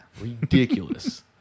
Ridiculous